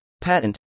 Patent